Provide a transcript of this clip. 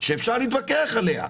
שאפשר להתווכח עליה.